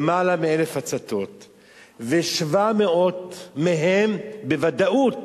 למעלה מ-1,000 הצתות, ו-700 מהן בוודאות